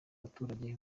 baturage